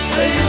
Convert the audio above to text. Say